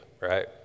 right